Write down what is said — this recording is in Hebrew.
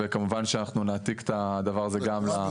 וכמובן שאנחנו נעתיק את הדבר הזה גם --- תמורת